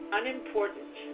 unimportant